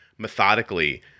methodically